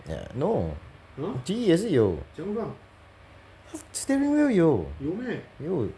ya no G 也是有他 steering wheel 有有